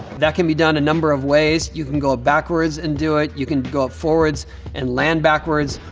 that can be done a number of ways. you can go up backwards and do it, you can go up forwards and land backwards.